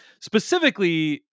Specifically